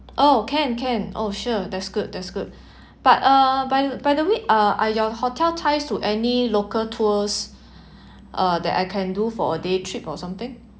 oh can can oh sure that's good that's good but uh by by the way uh are your hotel ties to any local tours uh that I can do for a day trip or something